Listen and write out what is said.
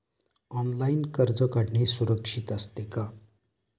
Online कर्ज काढणे सुरक्षित असते का?